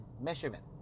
measurement